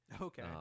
okay